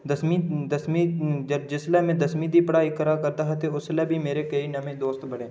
दसमीं दसमीं जिसलै मैं दसमीं दी पढ़ाई करै करदा हा ते उसलै बी मेरे केईं नमें दोस्त बने